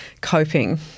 coping